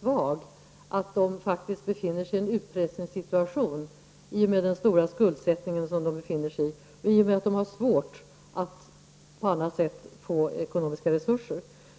svag och att de faktiskt befinner sig i en utpressningssituation med hänsyn till den stora skuldsättning de befinner sig i och på grund av att de har svårt att få andra ekonomiska resurser.